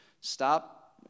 stop